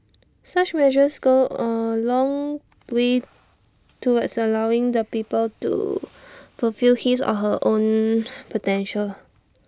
such measures go A long way towards allowing the people to fulfill his or her own potential